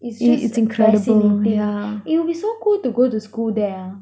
is just impressive yeah it will be so cool to go to school there ah